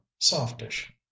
softish